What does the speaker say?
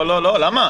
לא, למה?